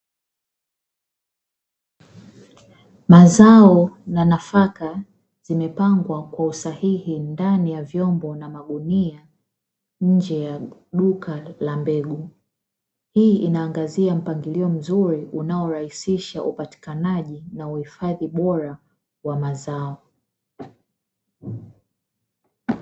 Mazao na nafaka zimepangwa kwa usahihi ndani ya vyombo na magunia nje ya duka la mbegu. Hii inaangazia mpangilio mzuri unaorahisisha upatikanaji na uhifadhi bora wa mazao.